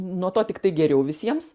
nuo to tiktai geriau visiems